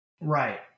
Right